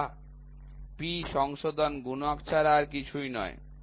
তো P সংশোধন গুণক ছাড়া আর কিছুই নয়